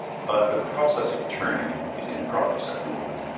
but the process of turning is in progress at the moment.